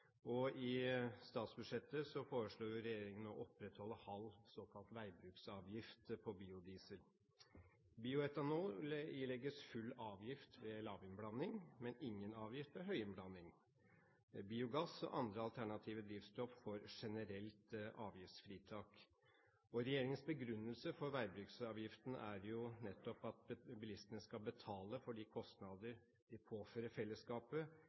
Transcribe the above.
retning. I statsbudsjettet foreslår regjeringen å opprettholde en halv såkalt veibruksavgift på biodiesel. Bioetanol ilegges full avgift ved lavinnblanding, men ingen avgift ved høyinnblanding. Biogass og andre alternative drivstoff får generelt avgiftsfritak. Regjeringens begrunnelse for veibruksavgiften er at bilistene skal betale for de kostnader de påfører fellesskapet